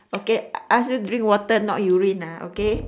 okay ask you drink water not urine ah okay